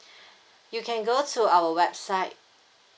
you can go to our website